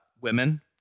women